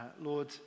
Lord